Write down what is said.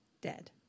dead